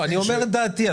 אני אומר את דעתי,